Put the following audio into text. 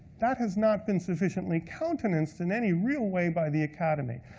that has not been sufficiently countenanced in any real way, by the academy.